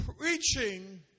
Preaching